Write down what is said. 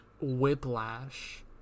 whiplash